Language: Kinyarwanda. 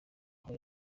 aho